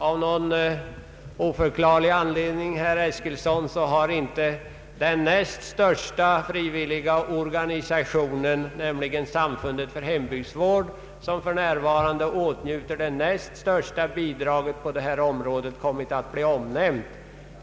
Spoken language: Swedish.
Av någon oförklarlig anledning, herr Eskilsson, har inte den näst största frivilliga organisationen, nämligen Samfundet för hembygdsvård, som för närvarande åtnjuter det näst största bidraget på detta område, kommit att bli omnämnd.